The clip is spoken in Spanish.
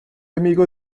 amigo